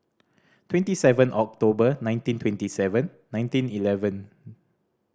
twenty seven October nineteen twenty seven nineteen eleven